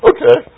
Okay